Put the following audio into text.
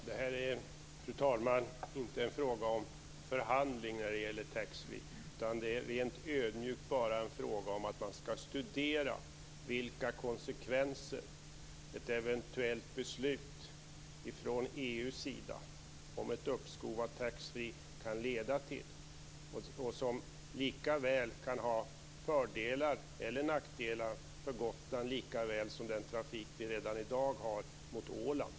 Fru talman! Förslaget när det gäller taxfreeförsäljningen är inte en fråga om förhandling. Det är helt ödmjukt bara fråga om att man skall studera vilka konsekvenser ett eventuellt beslut från EU:s sida om ett uppskov för taxfreeförsäljningen kan leda till. Det kan likaväl ha fördelar för Gotland som nackdelar, liksom för den trafik som vi i dag har till Åland.